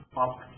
up